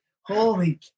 Holy